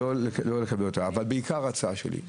אם אנחנו יחד - גם המחוקקים,